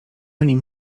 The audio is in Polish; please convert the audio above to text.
nim